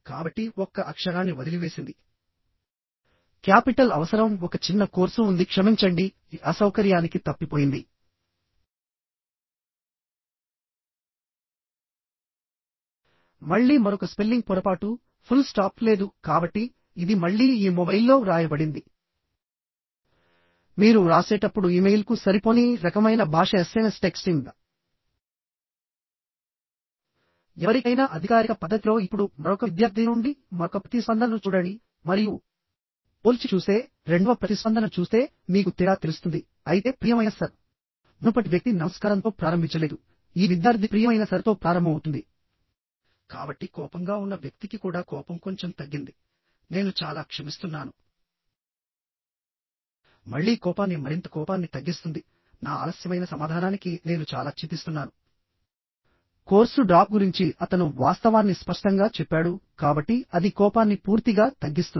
కాబట్టి ఒక్క అక్షరాన్ని వదిలివేసింది క్యాపిటల్ అవసరం ఒక చిన్న కోర్సు ఉంది క్షమించండి y అసౌకర్యానికి తప్పిపోయింది మళ్ళీ మరొక స్పెల్లింగ్ పొరపాటు ఫుల్ స్టాప్ లేదు కాబట్టి ఇది మళ్ళీ ఈ మొబైల్లో వ్రాయబడింది మీరు వ్రాసేటప్పుడు ఇమెయిల్కు సరిపోని రకమైన భాష ఎస్ఎంఎస్ టెక్స్టింగ్ ఎవరికైనా అధికారిక పద్ధతిలో ఇప్పుడు మరొక విద్యార్థి నుండి మరొక ప్రతిస్పందనను చూడండి మరియు పోల్చి చూస్తే రెండవ ప్రతిస్పందనను చూస్తే మీకు తేడా తెలుస్తుంది అయితే ప్రియమైన సర్ మునుపటి వ్యక్తి నమస్కారంతో ప్రారంభించలేదు ఈ విద్యార్థి ప్రియమైన సర్ తో ప్రారంభమవుతుంది కాబట్టి కోపంగా ఉన్న వ్యక్తికి కూడా కోపం కొంచెం తగ్గింది నేను చాలా క్షమిస్తున్నాను మళ్ళీ కోపాన్ని మరింత కోపాన్ని తగ్గిస్తుంది నా ఆలస్యమైన సమాధానానికి నేను చాలా చింతిస్తున్నాను కోర్సు డ్రాప్ గురించి అతను వాస్తవాన్ని స్పష్టంగా చెప్పాడు కాబట్టి అది కోపాన్ని పూర్తిగా తగ్గిస్తుంది